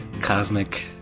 cosmic